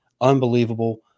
Unbelievable